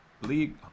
league